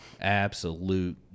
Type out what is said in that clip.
Absolute